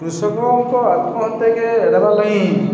କୃଷକଙ୍କ ଆତ୍ମହତ୍ୟାକେ ଏଡ଼ାବା ଲାଗି